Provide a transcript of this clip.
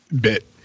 bit